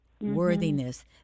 worthiness